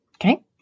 Okay